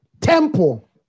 temple